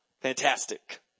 fantastic